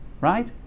Right